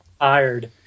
tired